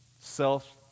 Self